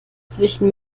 zwischen